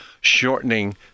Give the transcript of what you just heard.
shortening